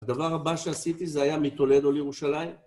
הדבר הבא שעשיתי זה היה מטולדו לירושלים